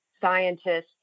scientists